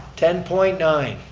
ten point nine,